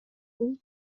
бул